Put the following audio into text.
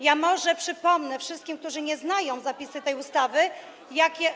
Ja może przypomnę wszystkim, którzy nie znają zapisów tej ustawy, jakie.